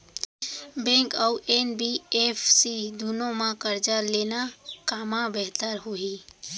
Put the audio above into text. Bank अऊ NBFC दूनो मा करजा लेना कामा बेहतर होही?